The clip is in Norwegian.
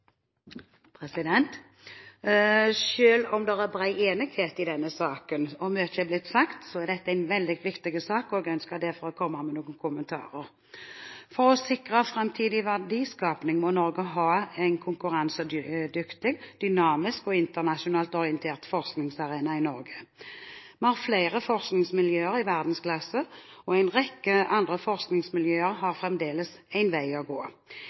om det er bred enighet i denne saken og mye er blitt sagt, er dette en veldig viktig sak, og jeg ønsker derfor å komme med noen kommentarer. For å sikre framtidig verdiskaping må Norge ha en konkurransedyktig, dynamisk og internasjonalt orientert forskningsarena i Norge. Vi har flere forskningsmiljøer i verdensklasse, og en rekke andre forskningsmiljøer har fremdeles en vei å gå.